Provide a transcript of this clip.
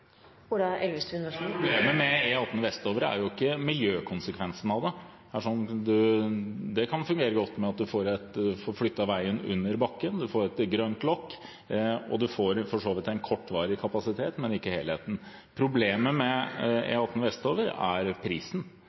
Problemet med E18 vestover er ikke miljøkonsekvensene av prosjektet. Det kan fungere godt ved at man får flyttet veien under bakken og får et grønt lokk. Man får for så vidt en kortvarig kapasitet, men ikke helheten. Problemet med E18 vestover er prisen